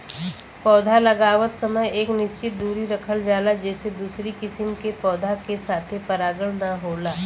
पौधा लगावत समय एक निश्चित दुरी रखल जाला जेसे दूसरी किसिम के पौधा के साथे परागण ना होला